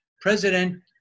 president